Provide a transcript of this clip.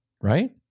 right